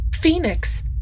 Phoenix